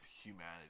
humanity